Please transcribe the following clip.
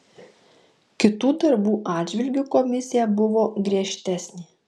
kitų darbų atžvilgiu komisija buvo griežtesnė